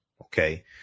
okay